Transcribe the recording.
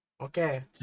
Okay